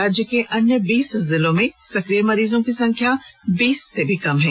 राज्य के अन्य बीस जिलों में सक्रिय मरीजों की संख्या बीस से कम है